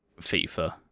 FIFA